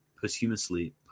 posthumously